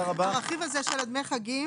הרכיב הזה של דמי חגים,